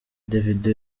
davido